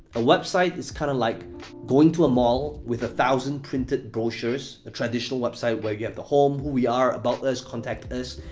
a website is kinda like going to a mall with a thousand printed brochures, a traditional website where you have the home, who we are, about us, contact us,